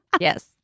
Yes